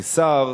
כשר,